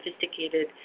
sophisticated